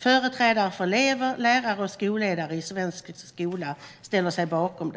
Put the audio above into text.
Företrädare för elever, lärare och skolledare i svensk skola ställer sig bakom